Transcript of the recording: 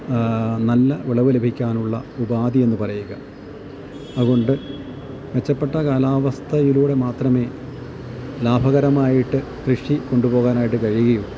നല്ല വിളവ് ലഭിക്കാനുള്ള ഉപാധി എന്ന് പറയുക അതുകൊണ്ട് മെച്ചപ്പെട്ട കാലാവസ്ഥയിലൂടെ മാത്രമേ ലാഭകരമായിട്ട് കൃഷി കൊണ്ടുപോകാനായിട്ട് കഴിയുകയുള്ളൂ